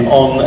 on